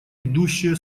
идущие